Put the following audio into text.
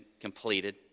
completed